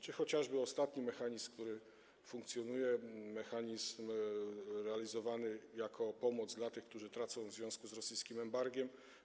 Czy chociażby jest ostatni mechanizm, który funkcjonuje, mechanizm realizowany jako pomoc dla tych, którzy tracą w związku z rosyjskim embargiem.